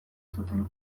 zuten